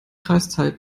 kreiszahl